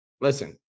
Listen